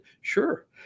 sure